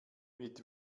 mit